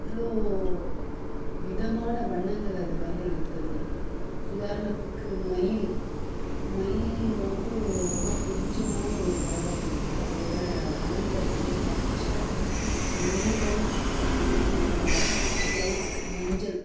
அவ்வளோ விதமான வண்ணங்கள் அது மேல இருக்கிறது உதாரணத்துக்கு மயில் மயில் வந்து ரொம்ப பிடிச்சமான ஒரு பறவை எனக்கு அதோட வண்ணங்கள் வந்து பச்சை நீலம் லைட் மஞ்சள்